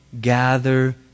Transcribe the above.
gather